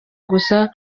gusa